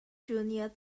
junior